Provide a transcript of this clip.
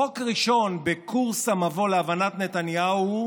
חוק ראשון בקורס המבוא להבנת נתניהו הוא